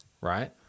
right